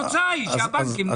התוצאה היא שהבנקים נסגרים.